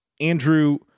andrew